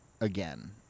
again